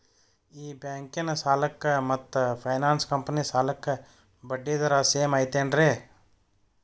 ಈ ಬ್ಯಾಂಕಿನ ಸಾಲಕ್ಕ ಮತ್ತ ಫೈನಾನ್ಸ್ ಕಂಪನಿ ಸಾಲಕ್ಕ ಬಡ್ಡಿ ದರ ಸೇಮ್ ಐತೇನ್ರೇ?